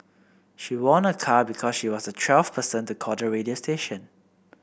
she won a car because she was the twelfth person to call the radio station